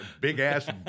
big-ass